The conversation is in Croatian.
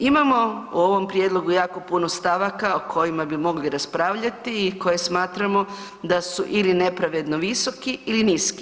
Imamo u ovom prijedlogu jako puno stavaka o kojima bi mogli raspravljati i koje smatramo da su ili nepravedno visoki ili niski.